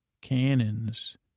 cannons